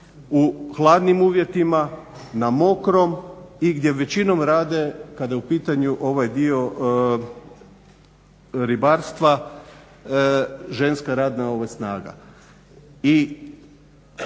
u hladnim uvjetima, na mokrom i gdje većinom rade kada je u pitanju ovaj dio ribarstva ženska radna snaga.